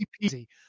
Easy